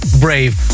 Brave